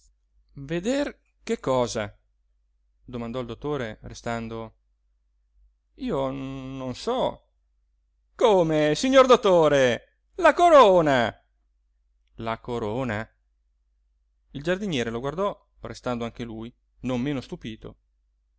veder che cosa domandò il dottore restando io non so come signor dottore la corona la corona il giardiniere lo guardò restando anche lui non meno stupito